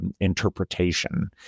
interpretation